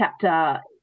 chapter